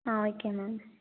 ah okay ma'am